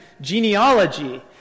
genealogy